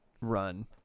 run